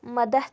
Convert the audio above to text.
مدد